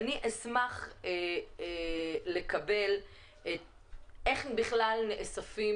אני אשמח לקבל נתונים איך בכלל נאספים